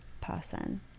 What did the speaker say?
person